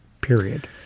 period